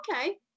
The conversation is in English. okay